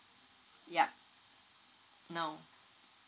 yup no